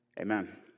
Amen